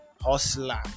hustler